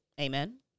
amen